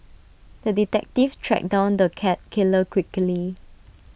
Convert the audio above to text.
the detective tracked down the cat killer quickly